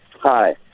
Hi